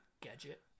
Gadget